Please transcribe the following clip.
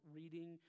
reading